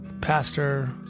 pastor